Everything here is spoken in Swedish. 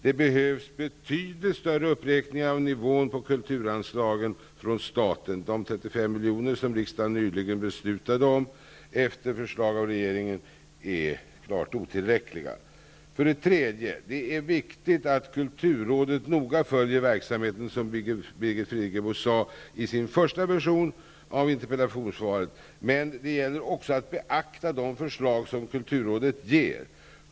Det behövs betydligt större uppräkningar av nivån på kulturanslagen från staten. De 35 miljoner som riksdagen nyligen beslutade om, efter förslag av regeringen, är klart otillräckliga. 3. Det är viktigt att kulturrådet noga följer verksamheten, som Birgit Friggebo sade i sin första version av interpellationssvaret. Men det gäller också att beakta de förslag som kulturrådet ger.